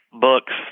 books